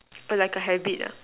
err like a habit ah